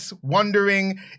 wondering